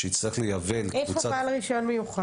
לייבא לקבוצת --- איפה בעל רישיון מיוחד?